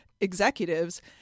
executives